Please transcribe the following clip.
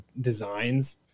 designs